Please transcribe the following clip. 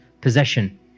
possession